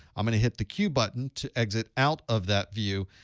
i'm going to hit the q button to exit out of that view,